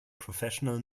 professional